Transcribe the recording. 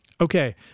Okay